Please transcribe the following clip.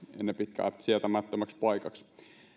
ennen pitkää sietämättömäksi paikaksi